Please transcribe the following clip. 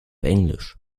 englisch